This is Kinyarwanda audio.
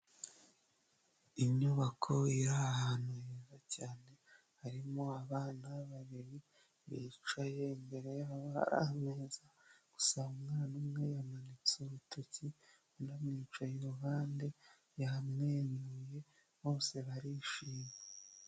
Inyubako iri ahantu heza cyane, harimo abana babiri bicaye, imbere aho hari ameza, usanga umwana umwe yamanitse urutoki, umwicaye iruhande yamwenyuye bose barishimye.